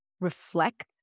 reflect